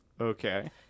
okay